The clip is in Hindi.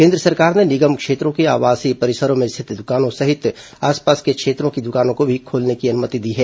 केन्द्र सरकार ने निगम क्षेत्रों के आवासीय परिसरों में स्थित दुकानों सहित आसपास के क्षेत्रों की दुकानों को भी खोलने की अनुमति दी है